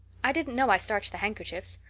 i didn't know i starched the handkerchiefs.